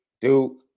Duke